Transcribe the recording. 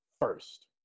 first